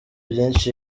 byinshi